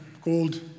called